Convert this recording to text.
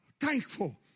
thankful